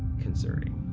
concerning.